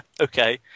Okay